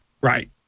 Right